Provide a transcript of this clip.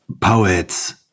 poets